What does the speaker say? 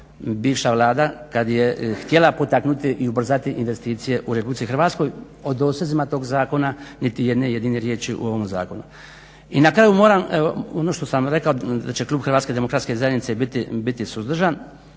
bivša vlada kada je htjela potaknuti i ubrzati investicije u RH. O dosezima toga zakona niti jedne jedine riječi u ovome zakonu. I na kraju moram ono što sam rekao da će klub HDZ-a biti suzdržan,